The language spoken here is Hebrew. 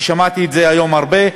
כי שמעתי את זה היום הרבה.